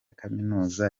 kaminuza